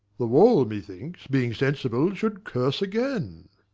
the wall, methinks, being sensible, should curse again.